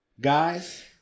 Guys